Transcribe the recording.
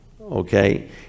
okay